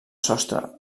sostre